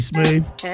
Smooth